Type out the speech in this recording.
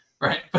right